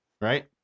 Right